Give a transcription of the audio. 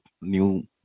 new